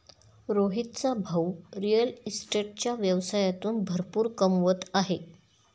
रोहितचा भाऊ रिअल इस्टेटच्या व्यवसायातून भरपूर कमवत आहे